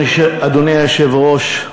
אדוני היושב-ראש,